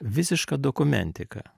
visiška dokumentika